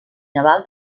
naval